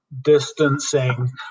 distancing